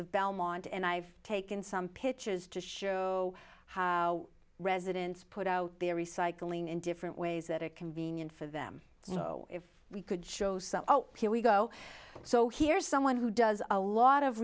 of belmont and i've taken some pictures to show how residents put out their recycling in different ways that are convenient for them if we could show some oh here we go so here's someone who does a lot of